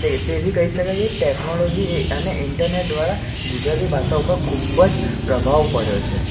જે તેથી કહી શકાય છે ટેકનોલોજી એ અને ઈન્ટરનેટ દ્વારા ગુજરાતી ભાષા ઉપર ખૂબ જ પ્રભાવ પડ્યો છે